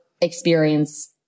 experience